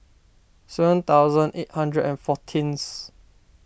seven thousand eight hundred and fourteenth